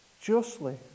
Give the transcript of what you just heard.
justly